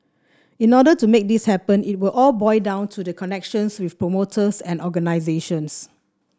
in order to make this happen it will all boil down to the connections with promoters and organisations